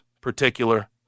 particular